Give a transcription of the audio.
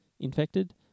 infected